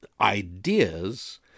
ideas